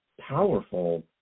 powerful